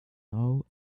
now